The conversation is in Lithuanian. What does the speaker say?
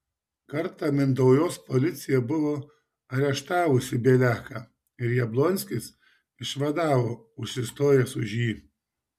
kartą mintaujos policija buvo areštavusi bieliaką ir jablonskis išvadavo užsistojęs už jį